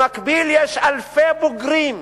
במקביל, יש אלפי בוגרים,